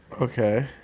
Okay